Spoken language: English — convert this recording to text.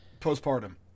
Postpartum